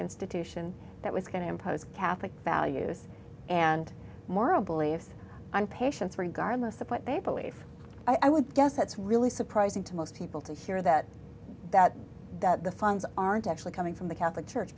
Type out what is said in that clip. institution that was going to impose catholic values and moral believes on patients regardless of what they believe i would guess that's really surprising to most people to hear that that the funds aren't actually coming from the catholic church